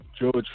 George